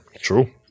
True